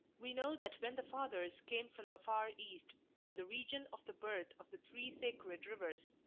we know that when the fathers came from the far east, from the region of the birth of the three sacred rivers,